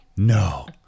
No